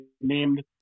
named